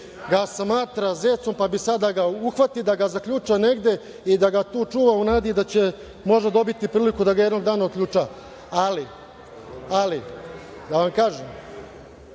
ga smatra zecom pa bi sada da ga uhvati, da ga zaključa negde i da ga tu čuva u nadi da će možda dobiti priliku da ga jednog dana otključa. U svakom